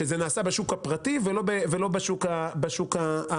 כלומר בשוק הפרטי ולא בשוק הציבורי.